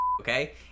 okay